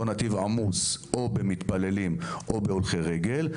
נתיב עמוס או במתפללים או בהולכי רגל.